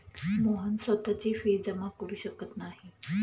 मोहन स्वतःची फी जमा करु शकत नाही